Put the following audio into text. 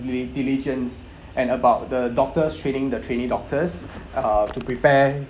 with diligence and about the doctors training the trainee doctors uh to prepare